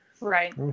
right